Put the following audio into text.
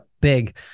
Big